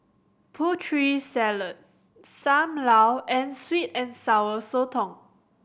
Putri Salad Sam Lau and sweet and Sour Sotong